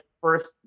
first